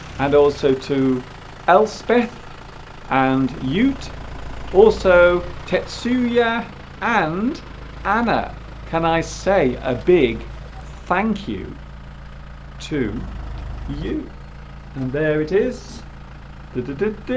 and also to elspeth and ute also tetsu yeah and anna can i say a big thank you to you and there it is did it did